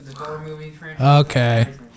Okay